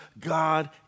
God